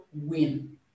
win